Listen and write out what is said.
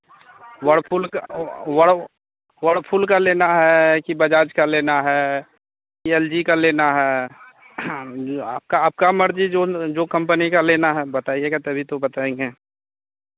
Whirlpool का whirl Whirlpool का लेना है कि बजाज का लेना है कि एल जी का लेना है हाँ आपका आपका मर्ज़ी जो जो कम्पनी का लेना है बताइएगा तभी तो बताएंगे